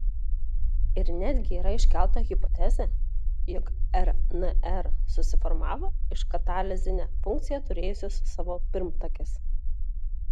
ir netgi yra iškelta hipotezė jog rnr susiformavo iš katalizinę funkciją turėjusios savo pirmtakės